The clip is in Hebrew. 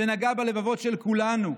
שנגע בלבבות של כולנו,